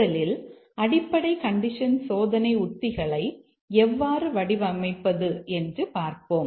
முதலில் அடிப்படை கண்டிஷன் சோதனை உத்திகளை எவ்வாறு வடிவமைப்பது என்று பார்ப்போம்